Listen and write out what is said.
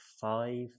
five